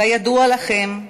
כידוע לכם,